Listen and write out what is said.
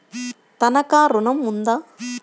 తనఖా ఋణం ఉందా?